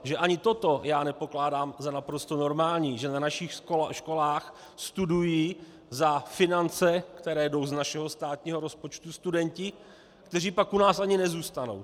Že ani toto já nepokládám za naprosto normální, že na našich školách studují za finance, které jdou z našeho státního rozpočtu, studenti, kteří pak u nás ani nezůstanou.